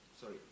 Sorry